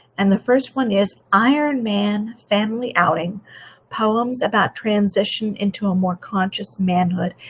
and the first one is iron man family outing poems about transition into a more conscious manhood.